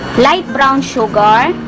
light brown sugar,